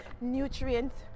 nutrients